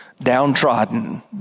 downtrodden